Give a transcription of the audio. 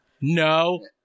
No